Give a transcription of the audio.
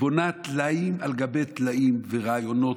בונה טלאים על גבי טלאים ורעיונות,